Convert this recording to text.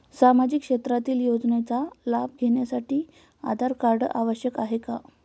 सामाजिक क्षेत्रातील योजनांचा लाभ घेण्यासाठी आधार कार्ड आवश्यक आहे का?